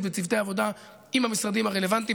בצוותי עבודה עם המשרדים הרלוונטיים.